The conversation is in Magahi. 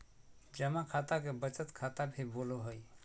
जमा खाता के बचत खाता भी बोलो हइ